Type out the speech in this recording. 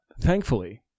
thankfully